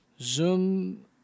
Zoom